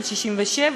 של 67,